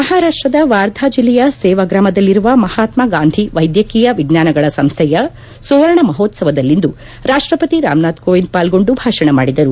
ಮಹಾರಾಷ್ಸದ ವಾರ್ಧಾ ಜಿಲ್ಲೆಯ ಸೇವಾ ಗ್ರಾಮದಲ್ಲಿರುವ ಮಹಾತ್ಮಾಗಾಂಧಿ ವೈದ್ಯಕೀಯ ವಿಜ್ಞಾನಗಳ ಸಂಸ್ಥೆಯ ಸುವರ್ಣ ಮಹೋತ್ತವದಲ್ಲಿಂದು ರಾಷ್ಟಪತಿ ರಾಮನಾಥ್ ಕೋವಿಂದ್ ಪಾಲ್ಗೊಂಡು ಭಾಷಣ ಮಾಡಿದರು